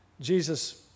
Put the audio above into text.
Jesus